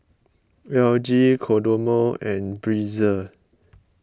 L G Kodomo and Breezer